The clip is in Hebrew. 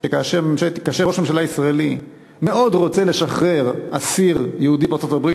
שכאשר ראש ממשלה ישראלי מאוד רוצה לשחרר אסיר יהודי בארצות-הברית,